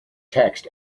text